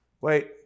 Wait